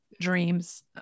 dreams